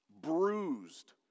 bruised